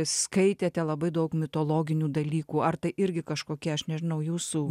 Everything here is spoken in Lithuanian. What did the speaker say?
skaitėte labai daug mitologinių dalykų ar tai irgi kažkokia aš nežinau jūsų